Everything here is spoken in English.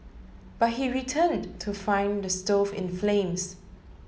but he returned to find the stove in flames